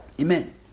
amen